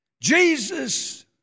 Jesus